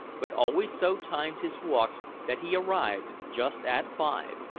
but always so timed his walks that he arrived just at five,